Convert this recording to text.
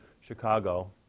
Chicago